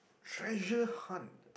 treasure hunt